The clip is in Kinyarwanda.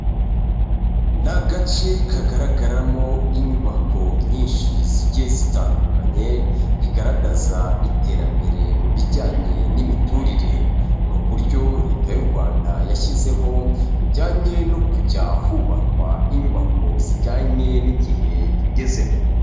Ni agace kagaragaramo inyubako nyinshi zigiye zitandukanye, bigaragaza iterambere mu bijyanye n'imiturire, ni uburyo Leta y'u Rwanda yashyizeho bujyanye no kujya hubakwa inyubako zijyanye n'igihe tugezemo.